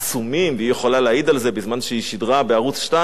בזמן שהיא שידרה בערוץ-2 מה היה גובה שכרה,